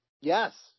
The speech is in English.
Yes